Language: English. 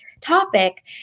topic